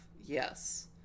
yes